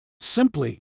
Simply